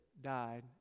died